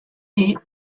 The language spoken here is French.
est